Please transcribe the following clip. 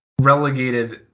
relegated